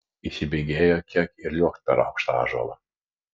įsibėgėjo kiek ir liuokt per aukštą ąžuolą